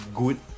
good